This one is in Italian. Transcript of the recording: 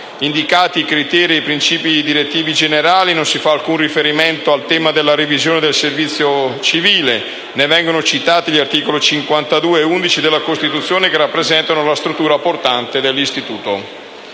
indicati i criteri e i principi direttivi generali non si fa alcun riferimento al tema della revisione del servizio civile, né vengono citati gli articoli 52 e 11 della Costituzione, che rappresentano la struttura portante dell'istituto.